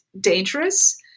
dangerous